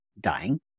dying